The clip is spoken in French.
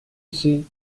sais